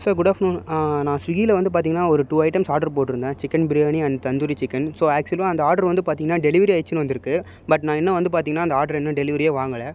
sir good afternoon நான் ஸ்விகியில வந்து பார்த்திங்கன்னா ஒரு டூ ஐட்டம்ஸ் ஆர்ட்ரு போட்டுருந்தேன் chicken biryani and tandoori chicken so actually அந்த ஆர்ட்ரு வந்து பார்த்திங்கன்னா டெலிவரி ஆயிடுச்சுன்னு வந்து இருக்கு பட் நான் இன்னும் வந்து பார்த்திங்கன்னா அந்த ஆட்ரை இன்னும் டெலிவரியே வாங்கலை